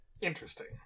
interesting